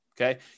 okay